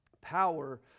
power